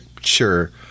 sure